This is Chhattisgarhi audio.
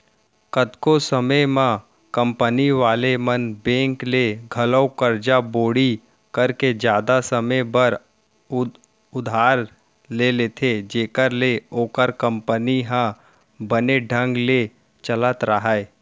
कतको समे म कंपनी वाले मन बेंक ले घलौ करजा बोड़ी करके जादा समे बर उधार ले लेथें जेखर ले ओखर कंपनी ह बने ढंग ले चलत राहय